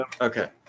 Okay